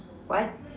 what